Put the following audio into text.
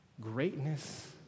Greatness